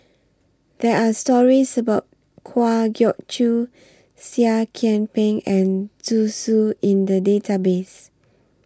There Are stories about Kwa Geok Choo Seah Kian Peng and Zhu Xu in The Database